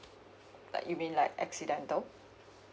like you mean like accidental